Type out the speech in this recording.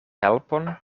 helpon